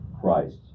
Christ